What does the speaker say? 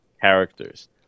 characters